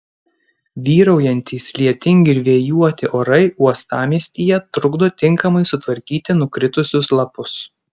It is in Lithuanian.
vyraujantys lietingi ir vėjuoti orai uostamiestyje trukdo tinkamai sutvarkyti nukritusius lapus